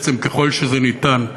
בעצם ככל שזה ניתן,